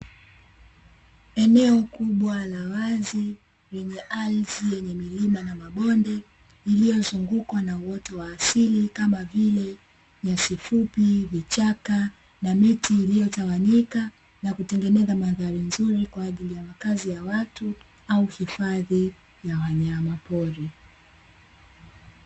Eneo kubwa lenye ardhi milima na mabonde, iliyozungukwa na wote wa asili kama vile nyasi fupi vichaka na miti iliyotawanyika na kutengeneza madhara nzuri kwa ajili ya makazi ya watu au hifadhi ya wanyamapori.